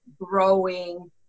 growing